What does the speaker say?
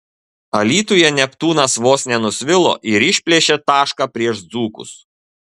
alytuje neptūnas vos nenusvilo ir išplėšė tašką prieš dzūkus